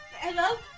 Hello